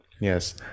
Yes